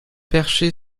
perché